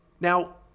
Now